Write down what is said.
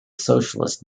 socialist